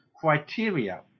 criteria